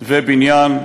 ובניין,